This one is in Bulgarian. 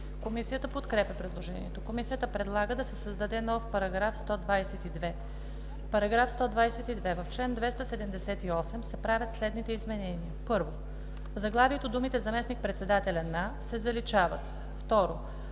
Комисията подкрепя предложението. Комисията предлага да се създаде нов § 122: „§ 122. В чл. 278 се правят следните изменения: 1. В заглавието думите „заместник-председателя на“ се заличават. 2.